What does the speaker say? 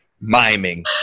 miming